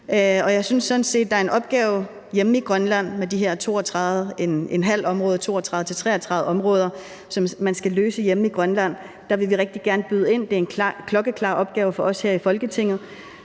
der er en opgave hjemme i Grønland med de her 32-33 områder, som man skal løse hjemme i Grønland. Der vil vi rigtig gerne byde ind – det er en klokkeklar opgave for os her i Folketinget.